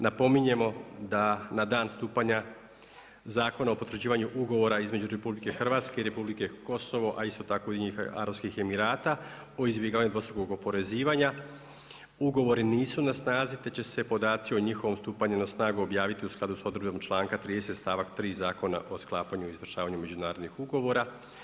Napominjemo da na dan stupanja Zakona o potvrđivanju ugovora između RH i Republike Kosove, a isto tako i Ujedinjenih Arapskih Emirata o izbjegavanju dvostrukog oporezivanja ugovori nisu na snazi, te će se podaci o njihovom stupanju na snagu objaviti u skladu sa odredbom članka 30. stavak 3. Zakona o sklapanju i izvršavanju međunarodnih ugovora.